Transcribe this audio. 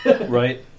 Right